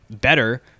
better